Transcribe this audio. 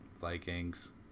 Vikings